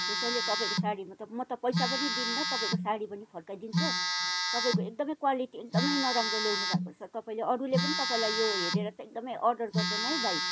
त्यसैले तपाईँको साडी म त म त पैसा पनि दिन्न तपाईँको साडी पनि फर्काइ दिन्छु तपाईँको एकदमै क्वलिटी एकदमै नराम्रो ल्याउनु भएको रहेछ तपाईँले अरूले पनि यो हेरेर चाहिँ एकदमै अर्डर गर्दैन है भाइ